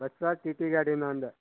ಬಸ್ಸಾ T T ಗಾಡಿನಾ ಅಂದೆ